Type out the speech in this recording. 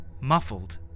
Muffled